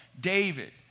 David